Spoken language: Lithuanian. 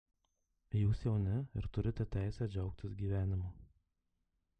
jūs jauni ir turite teisę džiaugtis gyvenimu